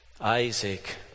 Isaac